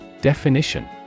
Definition